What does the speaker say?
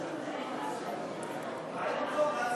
התשע"ו 2016, נתקבל.